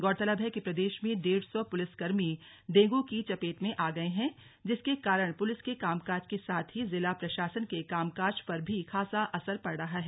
गौरतलब है कि प्रदेश में डेढ़ सौ पुलिसकर्मी डेंगू की चपेट में आ गए हैं जिसके कारण पुलिस के कामकाज के साथ ही जिला प्रशासन के कामकाज पर भी खासा असर पड़ रहा है